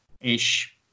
ish